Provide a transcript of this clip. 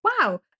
wow